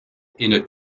inner